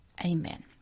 amen